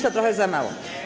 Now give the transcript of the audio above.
to trochę za mało.